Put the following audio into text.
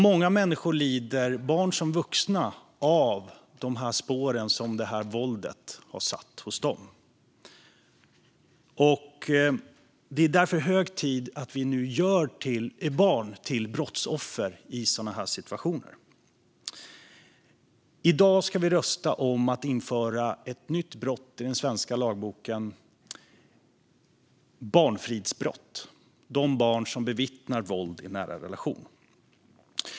Många människor lider, barn som vuxna, av de spår som våldet har satt hos dem. Det är därför hög tid att vi nu gör barn till brottsoffer i sådana situationer. I dag ska vi rösta om att införa ett nytt brott i den svenska lagboken, nämligen barnfridsbrott - de barn som bevittnar våld i nära relation.